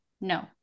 no